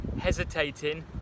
hesitating